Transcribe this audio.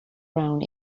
run